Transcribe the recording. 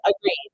agreed